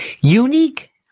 unique